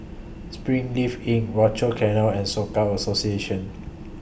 Springleaf in Rochor Canal and Soka Association